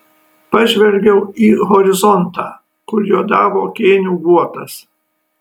pažvelgiau į horizontą kur juodavo kėnių guotas